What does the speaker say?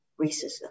racism